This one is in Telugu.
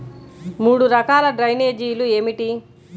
మూడు రకాల డ్రైనేజీలు ఏమిటి?